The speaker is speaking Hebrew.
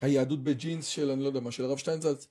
היהדות בג'ינס של, אני לא יודע מה, של הרב שטיינזלץ